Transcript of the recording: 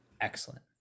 excellent